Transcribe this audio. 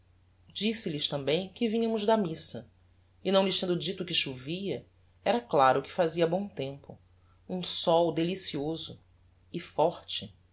deshabitado disse-lhes tambem que vinhamos da missa e não lhes tendo dito que chovia era claro que fazia bom tempo um sol delicioso e forte